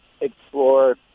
explore